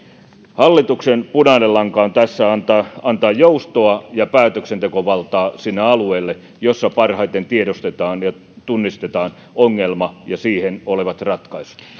hallituksen punainen lanka tässä on antaa joustoa ja päätöksentekovaltaa sinne alueelle jossa parhaiten tiedostetaan ja tunnistetaan ongelma ja siihen olevat ratkaisut